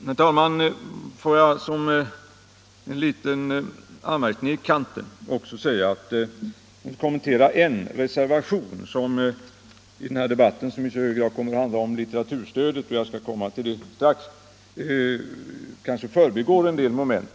Herr talman! Får jag som en liten anmärkning i kanten också kommentera en reservation. Den här debatten som i så hög grad kommer att handla om litteraturstödet — jag skall komma till det strax — kanske förbigår en del moment.